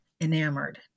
enamored